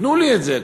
תנו לי את זה,